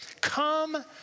Come